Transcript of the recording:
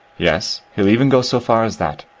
yes, he'll even go so far as that.